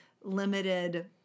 limited